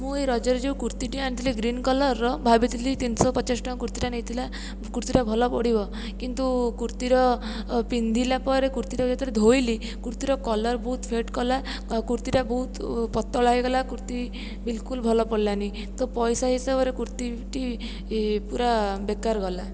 ମୁଁ ଏହି ରଜରେ ଯେଉଁ କୁର୍ତିଟିଏ ଆଣିଥିଲି ଗ୍ରୀନ୍ କଲର୍ର ଭାବିଥିଲି ତିନିଶହ ପଚାଶ ଟଙ୍କା କୁର୍ତିଟା ନେଇଥିଲା କୁର୍ତିଟା ଭଲ ପଡ଼ିବ କିନ୍ତୁ କୁର୍ତିର ପିନ୍ଧିଲା ପରେ କୁର୍ତିଟା ଯେତେବେଳେ ଧୋଇଲି କୁର୍ତିର କଲର୍ ବହୁତ ଫେଡ଼୍ କଲା କୁର୍ତିଟା ବହୁତ ପତଳା ହୋଇଗଲା କୁର୍ତି ବିଲକୁଲ ଭଲ ପଡ଼ିଲାନି ତ ପଇସା ହିସାବରେ କୁର୍ତିଟି ପୁରା ବେକାର ଗଲା